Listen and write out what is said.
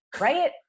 Right